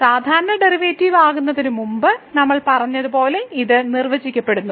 സാധാരണ ഡെറിവേറ്റീവ് ആകുന്നതിന് മുമ്പ് നമ്മൾ പറഞ്ഞതുപോലെ ഇത് നിർവചിക്കപ്പെടുന്നു